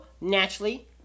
naturally